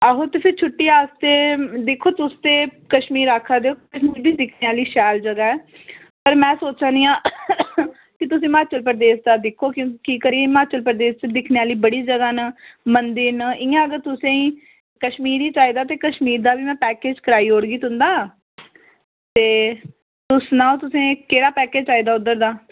आहो तुसें ई छुट्टी आस्तै दिक्खो तुस ते कशमीर आक्खा दे ओ ओह्बी दिक्खने आह्ली शैल जगह् ऐ पर में सोचा नी आं कि तुसें ई हिमाचल प्रदेश दा दिक्खो क्योंकि हिमाचल प्रदेश दिक्खने आह्ली बड़ी जगह्ं न मंदिर न इ'यां अगर तुसें ई कशमीर ई चाहिदा ते कशमीर दा बी में पैकेज कराई ओड़गी तुं'दा ते तुस सनाओ तुसें केह्ड़ा पैकेज चाहिदा उद्धर दा